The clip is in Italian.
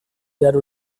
dare